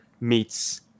meets